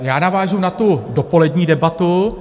Já navážu na tu dopolední debatu.